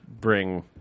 bring